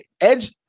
Edge